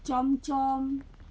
chamcham